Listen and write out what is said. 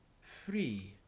Free